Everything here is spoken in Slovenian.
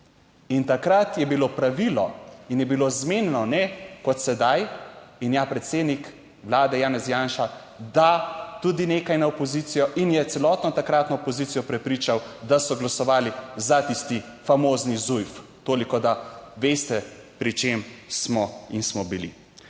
In takrat je bilo pravilo in je bilo zmenjeno, ne kot sedaj in ja, predsednik Vlade Janez Janša, da tudi nekaj na opozicijo in je celotno takratno opozicijo prepričal, da so glasovali za tisti famozni ZUJF, toliko da veste pri čem smo in smo bili.